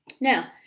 Now